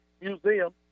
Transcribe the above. museum